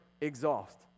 exhaust